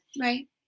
right